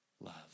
love